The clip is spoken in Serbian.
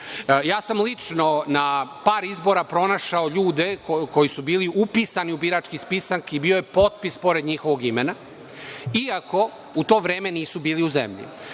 Ja sam lično na par izbora pronašao ljude koji su bili upisani u birački spisak i bio je potpis pored njihovog imena iako u to vreme nisu bili u zemlji.